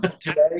today